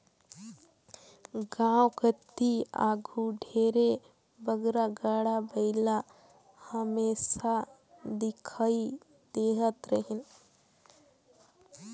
गाँव कती आघु ढेरे बगरा गाड़ा बइला हमेसा दिखई देहत रहिन